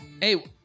Hey